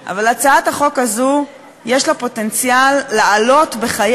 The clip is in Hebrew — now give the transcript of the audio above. הצעת החוק הזו אומנם נדחקה לה אי-שם לשעות הקטנות של הלילה,